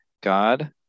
God